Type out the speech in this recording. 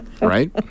right